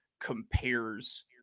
compares